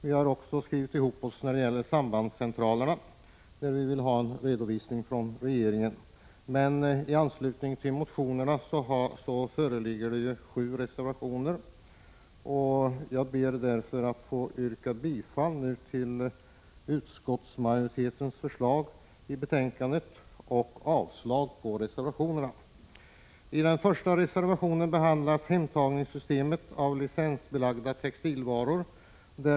Vi har också skrivit ihop oss när det gäller sambandscentralerna, där vi vill ha en redovisning från regeringen. Men i anslutning till motionerna föreligger sju reservationer. Jag ber nu att få yrka bifall till utskottsmajoritetens förslag i betänkandet och avslag på reservationerna. I den första reservationen behandlas hemtagningssystemet för licensbelagda textilvaror.